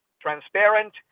transparent